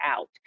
out